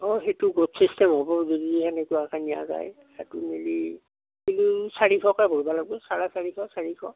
অঁ সেইটো গোট চিষ্টেম হ'ব যদি তেনেকুৱাকে নিয়া যায় সেইটো নিলে কিলো চাৰিশকৈ ধৰিব লাগবু চাৰে চাৰিশ চাৰিশ